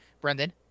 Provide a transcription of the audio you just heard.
brendan